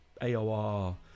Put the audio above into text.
aor